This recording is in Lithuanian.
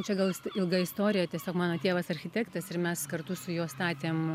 čia gal ilga istorija tiesiog mano tėvas architektas ir mes kartu su juo statėm